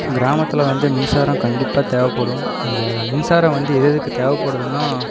கிராமத்தில் வந்து மின்சாரம் கண்டிப்பாக தேவைப்படும் அந்த மின்சாரம் வந்து எது எதுக்கு தேவைப்படுதுன்னா